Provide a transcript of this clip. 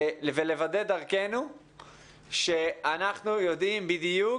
לוודא דרכינו שאנחנו יודעים בדיוק